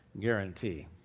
guarantee